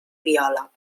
viola